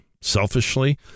selfishly